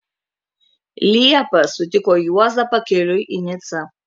liepą sutiko juozą pakeliui į nicą